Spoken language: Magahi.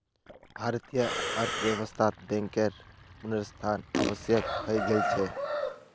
भारतीय अर्थव्यवस्थात बैंकेर पुनरुत्थान आवश्यक हइ गेल छ